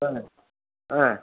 ஆ ஆ